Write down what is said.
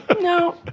No